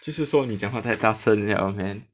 就是说你讲话太大声了 man